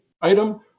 item